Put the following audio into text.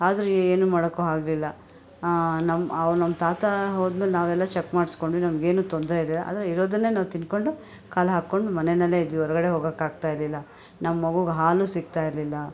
ಆದ್ರು ಏನೂ ಮಾಡೋಕು ಆಗ್ಲಿಲ್ಲ ನಮ್ಮ ತಾತ ಹೋದ್ಮೆಲೆ ನಾವೆಲ್ಲ ಚೆಕ್ ಮಾಡ್ಸ್ಕೊಂವಿ ನಮಗೇನು ತೊಂದ್ರೆ ಇದಿಲ್ಲ ಆದರೆ ಇರೋದನ್ನೇ ನಾವು ತಿಂದ್ಕೊಂಡು ಕಾಲ ಹಾಕ್ಕೊಂಡು ಮನೆಯಲ್ಲೆ ಇದ್ವಿ ಹೊರಗಡೆ ಹೋಗೋಕ್ಕೆ ಆಗ್ತಾ ಇರ್ಲಿಲ್ಲ ನಮ್ಮ ಮಗುಗೆ ಹಾಲು ಸಿಗ್ತಾ ಇರ್ಲಿಲ್ಲ